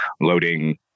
loading